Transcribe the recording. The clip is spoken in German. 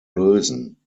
lösen